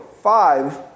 Five